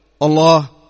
Allah